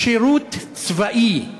שירות צבאי.